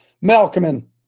Malcolm